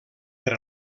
per